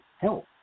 help